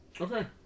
Okay